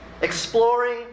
Exploring